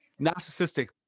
Narcissistic